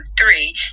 three